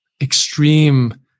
extreme